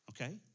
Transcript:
Okay